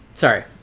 Sorry